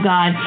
God